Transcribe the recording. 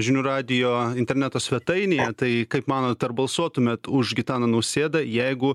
žinių radijo interneto svetainėje tai kaip manot ar balsuotumėt už gitaną nausėdą jeigu